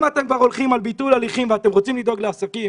אם אתם כבר הולכים על ביטול הליכים ואתם רוצים לדאוג לעסקים,